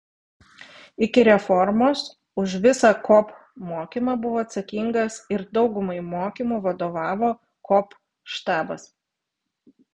iki reformos už visą kop mokymą buvo atsakingas ir daugumai mokymų vadovavo kop štabas